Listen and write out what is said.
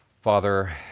Father